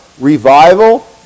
revival